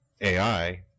AI